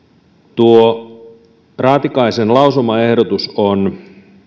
tuo raatikaisen lausumaehdotus on